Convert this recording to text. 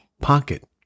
pocket